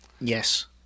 Yes